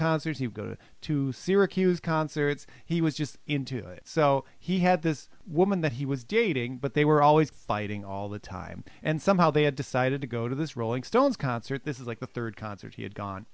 concert he would go to syracuse concerts he was just into it so he had this woman that he was dating but they were always fighting all the time and somehow they had decided to go to this rolling stones concert this is like the third concert he had gone